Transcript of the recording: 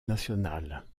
nationale